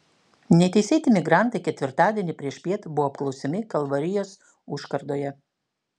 neteisėti migrantai ketvirtadienį priešpiet buvo apklausiami kalvarijos užkardoje